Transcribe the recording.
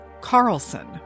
Carlson